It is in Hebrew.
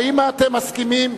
האם אתם מסכימים,